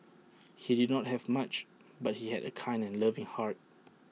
he did not have much but he had A kind and loving heart